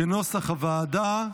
כנוסח הוועדה.